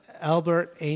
Albert